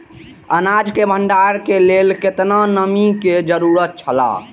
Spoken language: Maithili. अनाज के भण्डार के लेल केतना नमि के जरूरत छला?